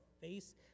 face